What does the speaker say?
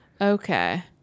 Okay